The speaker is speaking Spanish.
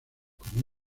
como